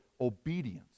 obedience